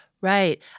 Right